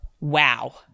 Wow